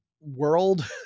world